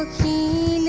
g